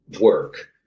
work